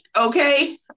okay